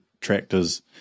tractors